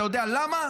אתה יודע למה?